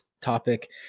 topic